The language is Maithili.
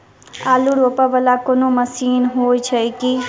आलु रोपा वला कोनो मशीन हो छैय की?